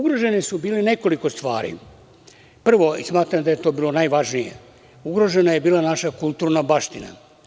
Bilo je ugroženo nekoliko stvari, prvo i smatram da je to bilo najvažnije, ugrožena je bila naša kulturna baština.